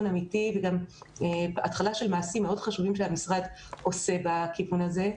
אמיתי וגם התחלה של מעשים מאוד חשובים שהמשרד עושה בכיוון הזה.